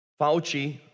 Fauci